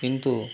কিন্তু